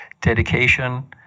dedication